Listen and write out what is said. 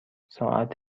ساعت